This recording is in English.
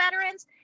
veterans